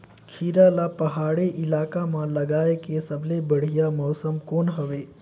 खीरा ला पहाड़ी इलाका मां लगाय के सबले बढ़िया मौसम कोन हवे?